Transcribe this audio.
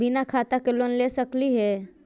बिना खाता के लोन ले सकली हे?